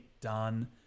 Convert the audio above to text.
done